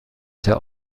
der